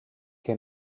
che